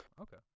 Okay